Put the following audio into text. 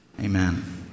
Amen